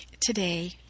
today